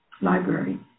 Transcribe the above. library